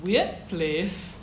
weird place